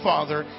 Father